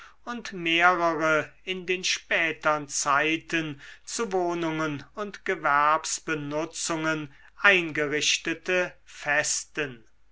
und mehrere in den spätern zeiten zu wohnungen und gewerbsbenutzungen eingerichtete festen